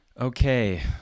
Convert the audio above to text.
Okay